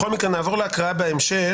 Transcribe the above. בכל מקרה, נעבור להקראה בהמשך.